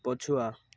ପଛୁଆ